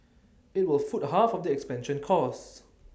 IT will foot half of the expansion costs